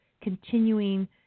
continuing